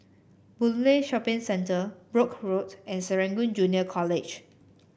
Boon Lay Shopping Centre Brooke Road and Serangoon Junior College